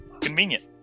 convenient